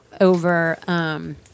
over